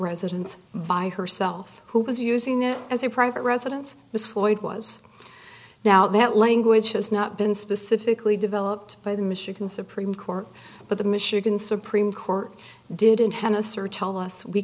residence by herself who was using it as a private residence this floyd was now that language has not been specifically developed by the michigan supreme court but the michigan supreme court didn't have a search tell us we